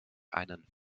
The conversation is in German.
einen